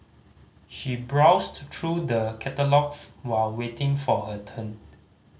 she browsed through the catalogues while waiting for her turn